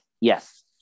yes